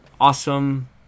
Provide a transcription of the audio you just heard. awesome